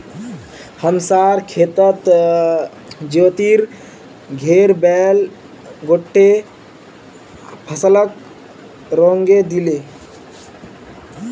हमसार खेतत ज्योतिर घेर बैल गोट्टे फसलक रौंदे दिले